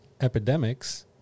epidemics